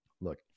look